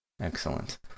excellent